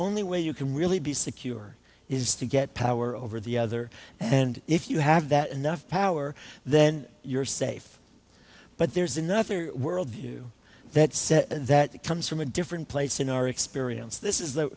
only way you can really be secure is to get power over the other and if you have that enough power then you're safe but there's another world view that says that it comes from a different place in our experience this is the